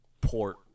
port